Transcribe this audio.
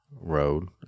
Road